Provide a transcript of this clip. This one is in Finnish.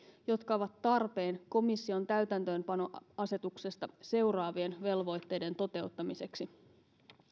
jotka ovat tarpeen komission täytäntöönpanoasetuksesta seuraavien velvoitteiden toteuttamiseksi